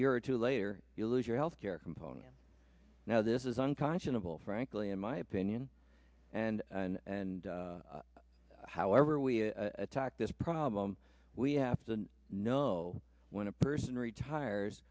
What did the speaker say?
year or two later you lose your health care component now this is unconscionable frankly in my opinion and and however we attack this problem we have to know when a person retires